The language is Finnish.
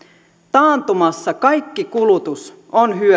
taantumassa kaikki kulutus on hyödyksi